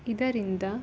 ಇದರಿಂದ